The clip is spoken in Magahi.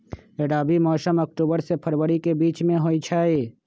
रबी मौसम अक्टूबर से फ़रवरी के बीच में होई छई